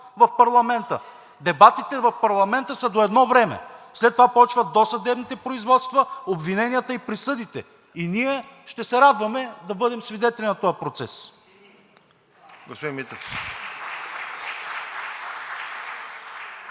в парламента. Дебатите в парламента са до едно време. След това започват досъдебните производства, обвиненията и присъдите и ние ще се радваме да бъдем свидетели на този процес.